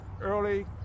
early